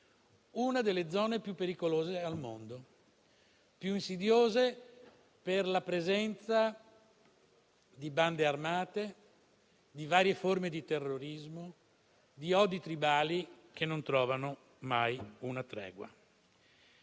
una delle zone più pericolose e insidiose al mondo, per la presenza di bande armate, di varie forme di terrorismo e di odi tribali che non trovano mai una tregua.